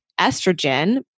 estrogen